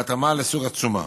בהתאמה לסוג התשומה.